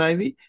Ivy